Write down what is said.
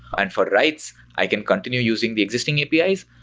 and for writes, i can continue using the existing apis.